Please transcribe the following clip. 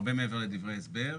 הרבה מעבר לדברי ההסבר.